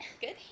good